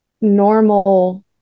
normal